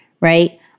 right